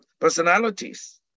personalities